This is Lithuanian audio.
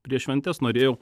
prieš šventes norėjau